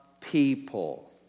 people